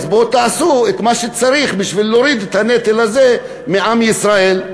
תעשו את מה שצריך כדי להוריד את הנטל הזה מעם ישראל,